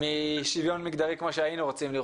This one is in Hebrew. משוויון מגדרי כמו שהיינו רוצים.